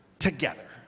together